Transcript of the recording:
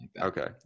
okay